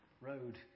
road